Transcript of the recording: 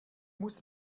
muss